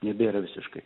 nebėra visiškai